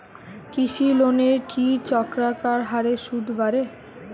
কৃষি লোনের কি চক্রাকার হারে সুদ বাড়ে?